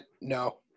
no